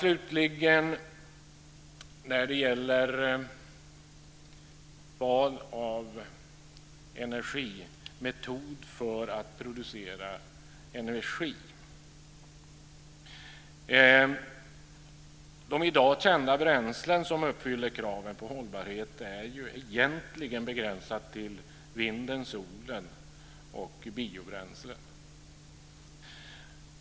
När det slutligen gäller val av metod för att producera energi är de i dag kända källor som uppfyller kraven på hållbarhet egentligen begränsade till vinden, solen och biobränslen.